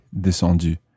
descendu